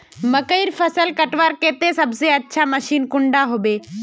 मकईर फसल कटवार केते सबसे अच्छा मशीन कुंडा होबे?